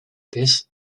this